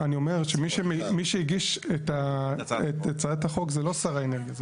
אני אומר שמי שהגיש את הצעת החוק זה לא שר האנרגיה.